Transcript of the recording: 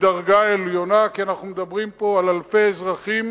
מדרגה עליונה, כי אנחנו מדברים פה על אלפי אזרחים,